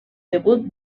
debut